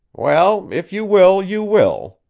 well, if you will, you will,